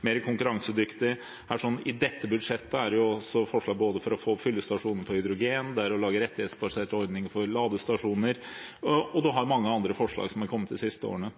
mer konkurransedyktig. I dette budsjettet er det forslag både for å få satt opp fyllestasjoner for hydrogen og å lage rettighetsbaserte ordninger for ladestasjoner – og en har mange andre forslag som